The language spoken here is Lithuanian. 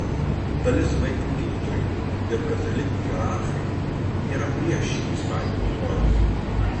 dalis vaikų gydytojų ir katalikų hierarchai yra prieš šį įstatymo projektą